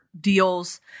deals